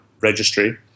registry